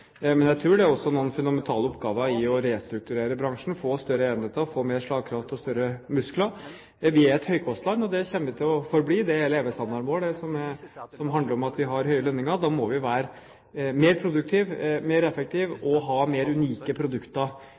men jeg tror det også ligger noen fundamentale oppgaver i å restrukturere bransjen, få større enheter, få mer slagkraft og større muskler. Vi er et høykostland, og det kommer vi til å forbli – det er levestandarden vår, som handler om at vi har høye lønninger. Da må vi være mer produktive, mer effektive og ha flere unike produkter